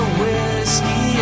whiskey